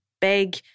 big